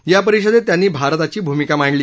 या परिषदेत त्यांनी भारताची भूमिका मांडली